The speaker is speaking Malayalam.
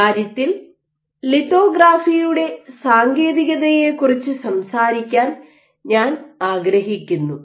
ഇക്കാര്യത്തിൽ ലിത്തോഗ്രാഫിയുടെ സാങ്കേതികതയെക്കുറിച്ച് സംസാരിക്കാൻ ഞാൻ ആഗ്രഹിക്കുന്നു